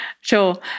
sure